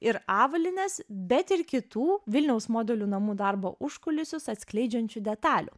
ir avalynės bet ir kitų vilniaus modelių namų darbo užkulisius atskleidžiančių detalių